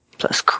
Plus